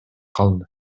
калды